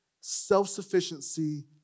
self-sufficiency